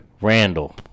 Randall